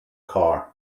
car